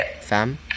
fam